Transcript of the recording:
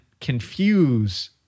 confuse